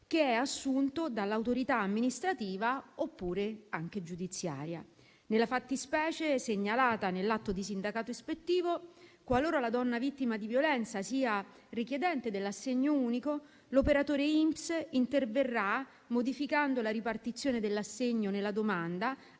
che è assunto dall'autorità amministrativa, oppure anche giudiziaria. Nella fattispecie segnalata nell'atto di sindacato ispettivo, qualora la donna vittima di violenza sia richiedente dell'assegno unico, l'operatore INPS interverrà modificando la ripartizione dell'assegno nella domanda,